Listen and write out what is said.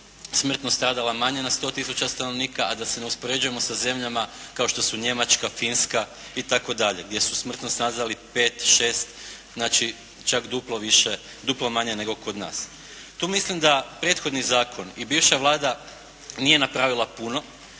smrtno stradala manje na 100 tisuća stanovnika, a da se ne uspoređujemo sa zemljama kao što su Njemačka, Finska itd. gdje su smrtno stradali 5, 6, znači duplo manje nego kod nas. Tu mislim da prethodni zakon i bivša Vlada nije napravila puno